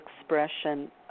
expression